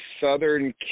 Southern